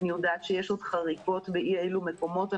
אני יודעת שיש עוד חריגות באי-אלו מקומות.